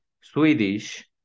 Swedish